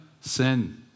sin